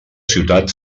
ciutat